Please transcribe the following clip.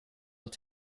und